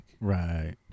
Right